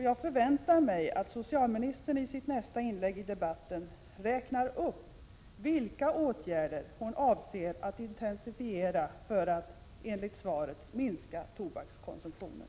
Jag förväntar mig att socialministern i nästa inlägg i debatten räknar upp vilka åtgärder hon avser att intensifiera för att enligt svaret minska tobakskonsumtionen.